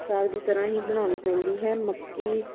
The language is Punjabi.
ਸਾਗ ਦੀ ਤਰ੍ਹਾਂ ਹੀ ਬਣਾਉਣੀ ਪੈਂਦੀ ਹੈ ਮੱਕੀ